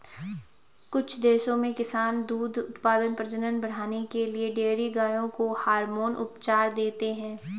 कुछ देशों में किसान दूध उत्पादन, प्रजनन बढ़ाने के लिए डेयरी गायों को हार्मोन उपचार देते हैं